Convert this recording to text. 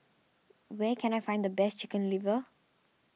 where can I find the best Chicken Liver